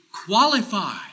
qualify